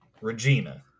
Regina